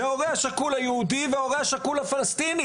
זה ההורה השכול היהודי וההורה השכול הפלסטיני.